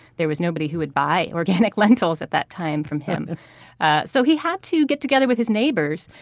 there was nobody who would buy organic lentils at that time from him ah so he had to get together with his neighbors.